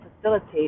facilitate